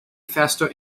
faster